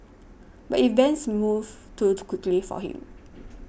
but events moved too the quickly for him